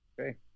okay